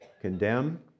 condemn